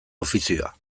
ofizioa